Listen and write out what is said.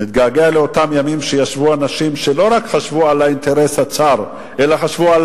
נתגעגע לאותם ימים שישבו אנשים שלא רק חשבו על האינטרס הצר אלא חשבו על